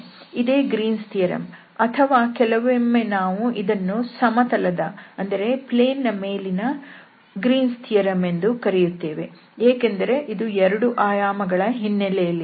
ಇದೇ Green's theorem Green's theorem ಅಥವಾ ಕೆಲವೊಮ್ಮೆ ನಾವು ಇದನ್ನು ಸಮತಲ ದ ಮೇಲಿನ ಗ್ರೀನ್ಸ್ ಥಿಯರಂ Green's theorem ಎಂದು ಕರೆಯುತ್ತೇವೆ ಏಕೆಂದರೆ ಇದು ಎರಡು ಆಯಾಮಗಳ ಹಿನ್ನೆಲೆಯಲ್ಲಿದೆ